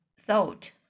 thought